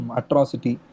atrocity